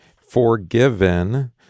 forgiven